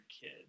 kid